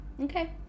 Okay